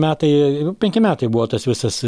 metai penki metai buvo tas visas